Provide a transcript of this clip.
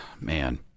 Man